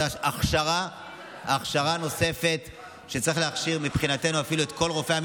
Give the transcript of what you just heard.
חבר הכנסת מיקי לוי בשבוע שעבר שאינו יכול להבין את הרקע להודעת